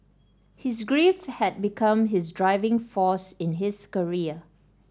his grief had become his driving force in his career